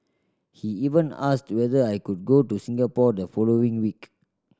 he even asked whether I could go to Singapore the following week